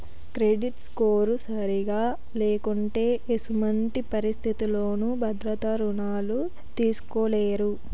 credit score సరిగా లేకుంటే ఎసుమంటి పరిస్థితుల్లోనూ భద్రత రుణాలు తీస్కోలేరు